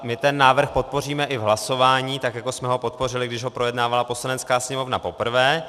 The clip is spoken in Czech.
My ten návrh podpoříme i v hlasování, tak jako jsme ho podpořili, když ho projednávala Poslanecká sněmovna poprvé.